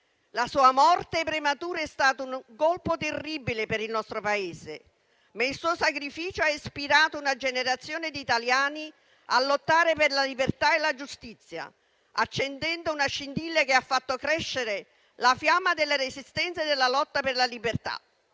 La sua morte prematura è stato un colpo terribile per il nostro Paese, ma il suo sacrificio ha ispirato una generazione di italiani a lottare per la libertà e la giustizia, accendendo una scintilla che ha fatto crescere la fiamma della resistenza e della lotta per la libertà.